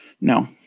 No